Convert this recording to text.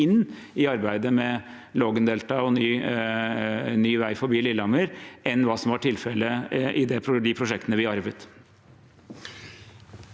i arbeidet med Lågendeltaet og ny vei forbi Lillehammer, enn hva som var tilfellet i de prosjektene vi arvet.